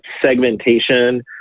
segmentation